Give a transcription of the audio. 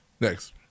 Next